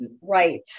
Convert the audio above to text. Right